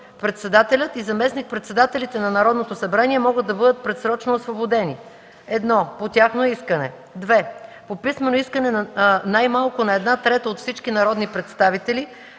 Председателят и заместник-председателите на Народното събрание могат да бъдат предсрочно освободени: 1. по тяхно искане; 2. по писмено искане най-малко на една трета от всички народни представители,